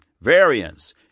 variance